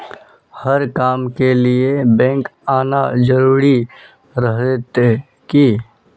हर काम के लिए बैंक आना जरूरी रहते की?